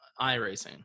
iRacing